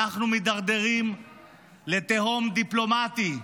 אנחנו מתדרדרים לתהום דיפלומטי.